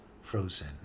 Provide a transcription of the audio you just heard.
frozen